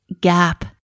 gap